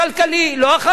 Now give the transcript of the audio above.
לא החברתי,